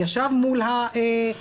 ישב מול הנפגע,